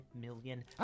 million